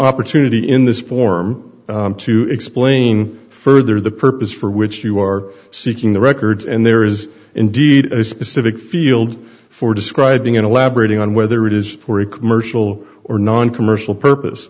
opportunity in this form to explain further the purpose for which you are seeking the records and there is indeed a specific field for describing elaborating on whether it is for a commercial or noncommercial purpose